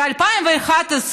ב-2011,